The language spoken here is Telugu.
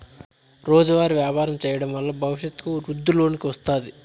రోజువారీ వ్యాపారం చేయడం వల్ల భవిష్యత్తు వృద్ధిలోకి వస్తాది